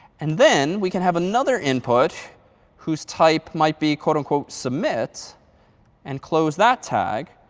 and then we can have another input whose type might be quote unquote submit and close that tag.